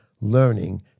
learning